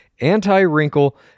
anti-wrinkle-